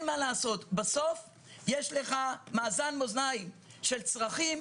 מה לעשות בסוף יש מאזן מאזניים של צרכים,